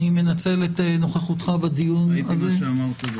אני מנצל את נוכחותך בדיון הזה --- כבר ראיתי מה שאמרת.